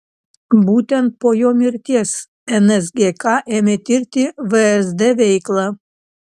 būtent po jo mirties nsgk ėmė tirti vsd veiklą